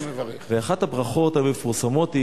ואחת הברכות המפורסמות היא,